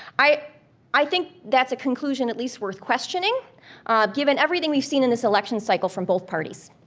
i i think that's a conclusion at least worth questioning given everything we've seen in this election cycle from both parties.